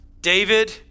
David